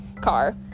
car